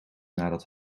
nadat